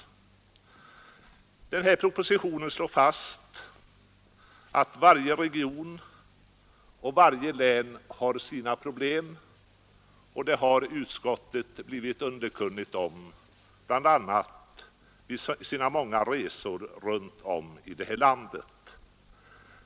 Den föreliggande propositionen slår fast att varje region och varje län har sina problem, och det har utskottet blivit underkunnigt om, bl.a. under ledamöternas många resor runt om i landet.